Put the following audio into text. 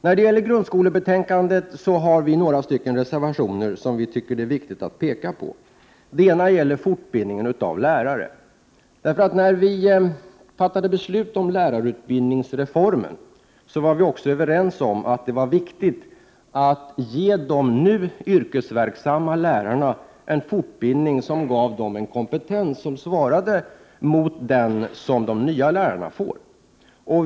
När det gäller grundskolebetänkandet har vi några reservationer som vi tycker att det är viktigt att peka på. En av dessa gäller fortbildning av lärare. När vi fattade beslut om lärarutbildningsreformen var vi överens om att det var viktigt att ge de nu yrkesverksamma lärarna en fortbildning som skulle ge dem en kompetens motsvarande den som de nya lärarna får.